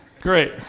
Great